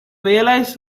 realize